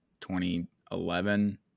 2011